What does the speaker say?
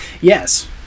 Yes